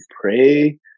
pray